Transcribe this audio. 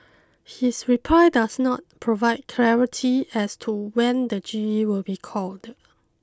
his reply does not provide clarity as to when the G E will be called